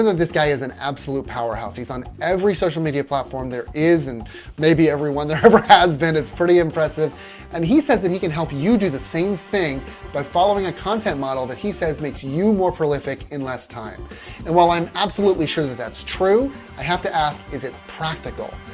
this guy is an absolute powerhouse. he's on every social media platform there is and maybe everyone there ever has been, it's pretty impressive and he says that he can help you do the same thing by following a content model that he says makes you more prolific in less time and while i'm absolutely sure that that's true i have to ask is it practical?